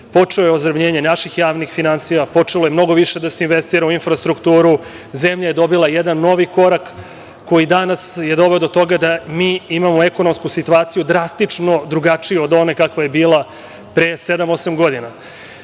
počelo je ozdravljenje naših javnih finansija, počelo je mnoge više da se investira u infrastrukturu, zemlja je dobila jedan novi korak koji je danas doveo do toga da imamo ekonomsku situaciju drastično drugačiju od one kakva je bila pre sedam,